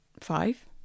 Five